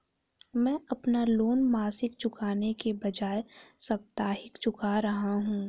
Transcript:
मैं अपना लोन मासिक चुकाने के बजाए साप्ताहिक चुका रहा हूँ